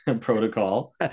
protocol